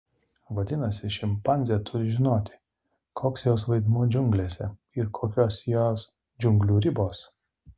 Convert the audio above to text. vadinasi šimpanzė turi žinoti koks jos vaidmuo džiunglėse ir kokios jos džiunglių ribos